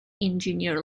engineer